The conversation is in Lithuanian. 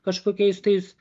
kažkokiais tais